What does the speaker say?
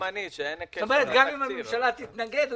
גם אם הממשלה תתנגד,